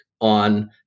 on